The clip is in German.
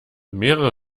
mehrere